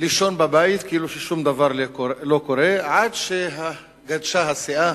לישון בבית, כאילו שום דבר לא קרה, עד שגדשה הסאה,